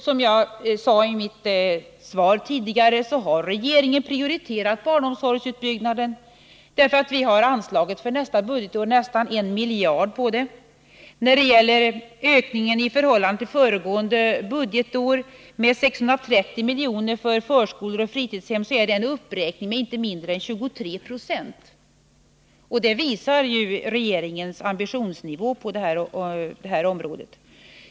Som jag sade i mitt svar tidigare har regeringen prioriterat barnomsorgsutbyggnaden i och med anslagsökningen på nästan 1 miljard för nästa budgetår. När det gäller ökningen med 630 miljoner i förhållande till föregående budgetår för förskolor och fritidshem är det en uppräkning med inte mindre än 23 20. Det visar ju regeringens ambitionsnivå på detta område.